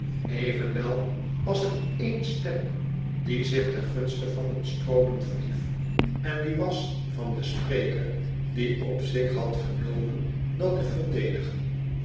evenwel was er één stem die zich ter gunste van t stroopen verhief en die was van den spreker die op zich had genomen dat te verdedigen